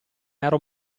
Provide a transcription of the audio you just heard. ero